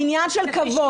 זה עניין של כבוד.